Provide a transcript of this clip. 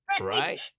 Right